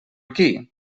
qui